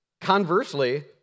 Conversely